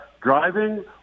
driving